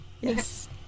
Yes